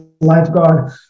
lifeguard